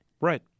Right